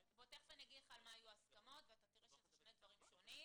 תכף אני אגיד לך מה היו ההסכמות ואתה תראה שמדובר בדברים שונים.